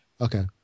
Okay